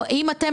או האם אתם,